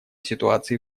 ситуации